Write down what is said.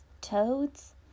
toads